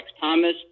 Thomas